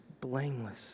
blameless